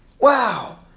Wow